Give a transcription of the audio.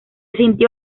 sintió